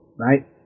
right